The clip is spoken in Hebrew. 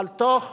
אבל תוך